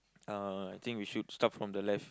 uh I think we should start from the left